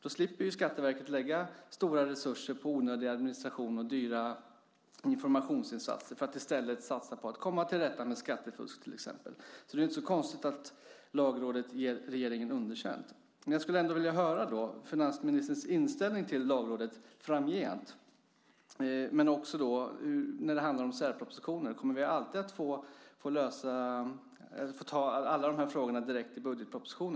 Då slipper Skatteverket lägga stora resurser på onödig administration och dyra informationsinsatser utan kan i stället satsa på att komma till rätta med skattefusk till exempel. Det är inte så konstigt att Lagrådet ger regeringen underkänt. Jag skulle vilja höra finansministerns inställning till Lagrådet framgent men också när det gäller särpropositioner fråga: Kommer vi alltid att få ta alla de här frågorna direkt i budgetpropositionen?